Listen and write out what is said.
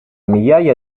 migliaia